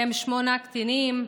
ובהם שמונה קטינים,